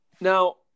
Now